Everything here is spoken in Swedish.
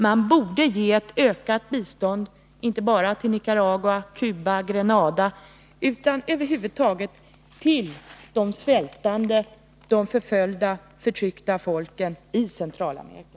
Man borde ge ett ökat bistånd, inte bara till Nicaragua, Cuba och Grenada utan över huvud taget till de svältande, förföljda och förtryckta folken i Centralamerika.